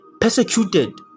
persecuted